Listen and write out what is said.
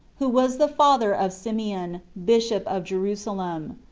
who was the father of simeon, bishop of jerusalem.